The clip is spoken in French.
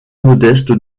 modeste